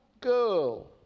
girl